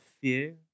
fear